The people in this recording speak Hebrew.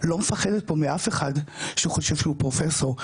לא מפחדת פה מאף אחד שהוא חושב שהוא פרופסור,